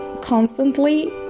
constantly